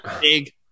Big